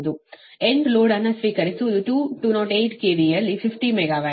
end load ಅನ್ನು ಸ್ವೀಕರಿಸುವುದು 2 208 KV ಯಲ್ಲಿ 50 ಮೆಗಾವ್ಯಾಟ್ ಮತ್ತು 0